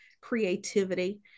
creativity